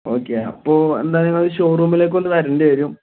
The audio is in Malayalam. ഓക്കെ അപ്പോൾ എന്തായാലും ഷോറൂമിലേക്കൊന്ന് വരേണ്ടി വരും